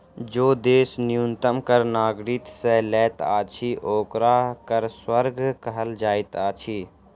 जे देश न्यूनतम कर नागरिक से लैत अछि, ओकरा कर स्वर्ग कहल जाइत अछि